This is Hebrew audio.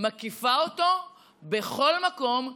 מקיפה אותו בכל מקום,